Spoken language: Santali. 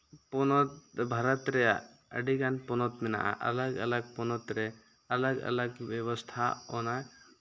ᱯᱚᱱᱚᱛ ᱵᱷᱟᱨᱚᱛ ᱨᱮᱭᱟᱜ ᱟᱹᱰᱤ ᱜᱟᱱ ᱯᱚᱱᱚᱛ ᱢᱮᱱᱟᱜᱼᱟ ᱟᱞᱟᱜᱽ ᱟᱞᱟᱜᱽ ᱯᱚᱱᱚᱛ ᱨᱮ ᱟᱞᱟᱜᱽ ᱟᱞᱟᱜᱽ ᱵᱮᱵᱚᱥᱛᱷᱟ ᱚᱱᱟ